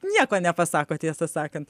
nieko nepasako tiesą sakant